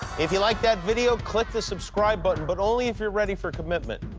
if you liked that video, click the subscribe button. but only if you're ready for commitment.